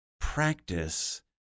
practice